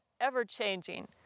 ever-changing